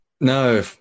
No